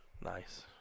Nice